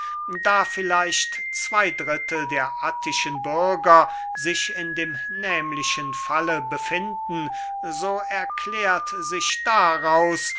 da vielleicht zwey drittel der attischen bürger sich in dem nehmlichen falle befinden so erklärt sich daraus